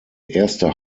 erste